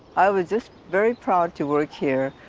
i was just very proud to work here.